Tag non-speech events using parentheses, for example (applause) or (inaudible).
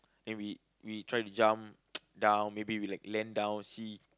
then we we try to jump (noise) down maybe like we land down see